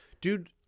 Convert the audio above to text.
Dude—